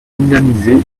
dynamiser